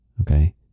Okay